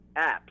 apps